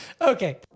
Okay